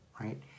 Right